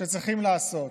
שצריכים לעשות.